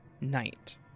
night